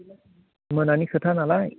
मोनानि खोथा नालाय